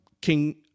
King